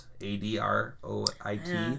A-D-R-O-I-T